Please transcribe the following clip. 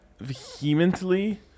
vehemently